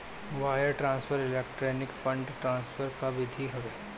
wire transfer electronic fund transfer कअ विधि हवे